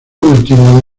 último